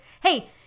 hey